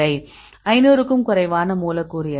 500 க்கும் குறைவான மூலக்கூறு எடை